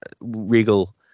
Regal